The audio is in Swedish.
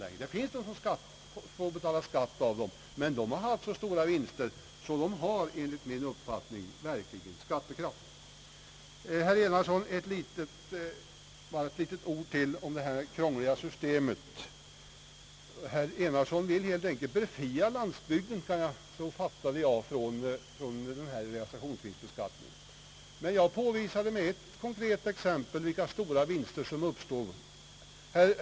De som ändå får betala skatt har gjort så stora vinster att de enligt min uppfattning verkligen har skattekraft. Jag vill säga ytterligare några ord, herr Enarsson, om det »krångliga» systemet. Herr Enarsson vill, om jag fattade honom rätt, helt enkelt befria landsbygden från denna realisationsvinstbeskattning, men han påvisade med ett konkret exempel vilka stora vinster som uppstår.